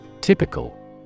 Typical